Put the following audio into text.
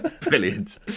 Brilliant